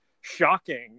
shocking